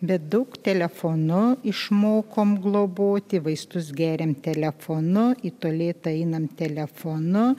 bet daug telefonu išmokom globoti vaistus geriam telefonu į toletą einam telefonu